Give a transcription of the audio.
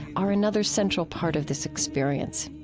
are another central part of this experience.